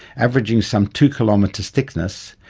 averaging some two kilometres thickness,